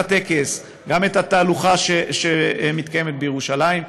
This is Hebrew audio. הטקס וגם את התהלוכה שמתקיימת בירושלים,